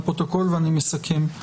ואסכם.